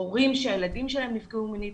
הורים שהילדים שלהם נפגעים מינית,